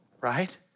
Right